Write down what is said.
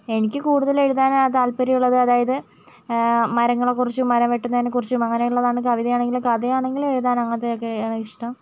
എനിക്ക് കൂടുതൽ എഴുതാൻ ആ താല്പര്യമുള്ളത് അതായത് മരങ്ങളെക്കുറിച്ചും മരം വെട്ടുന്നതിനെക്കുറിച്ചും അങ്ങനെയുള്ളതാണ് കവിതയാണെങ്കിലും കഥയാണെങ്കിലും എഴുതാൻ അങ്ങനത്തെ ഒക്കെയാണ് ഇഷ്ടം